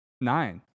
nine